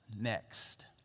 next